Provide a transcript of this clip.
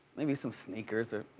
maybe some sneakers or